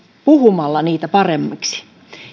puhumalla niitä paremmiksi